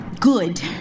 good